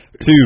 Two